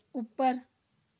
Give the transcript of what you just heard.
ਉੱਪਰ